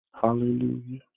Hallelujah